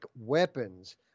weapons